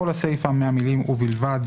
כל הסיפא מהמילים "ובלבד"